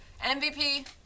MVP